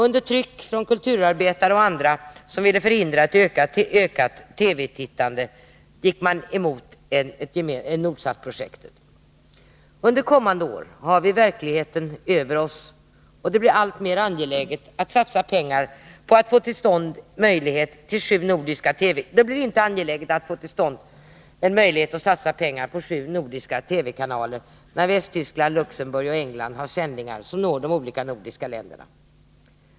Under tryck från kulturarbetare och andra som ville förhindra ett ökat TV-tittande gick socialdemokraterna emot Nordsatprojektet. Under kommande år har vi verkligheten över oss, och det blir allt mindra angeläget att satsa pengar på att få till stånd möjlighet till sju nordiska TV-kanaler när Västtyskland, Luxemburg och England har sändningar som når de olika nordiska länderna.